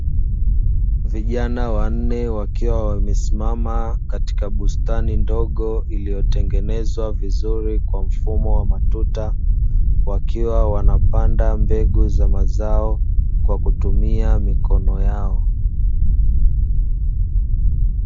Vijana wanne wakiwa wamesimama katika bustani ndogo iliyotengenezwa vizuri kwa mfumo wa matuta, wakiwa wanapanda mbegu za mazao kwa kutumia mikono yao.